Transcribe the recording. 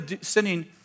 sending